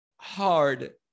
hard